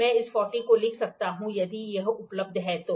मैं इस ४० को लिख सकता हूँ यदि यह उपलब्ध है तो